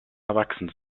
erwachsen